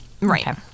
Right